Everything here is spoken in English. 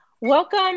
Welcome